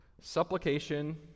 supplication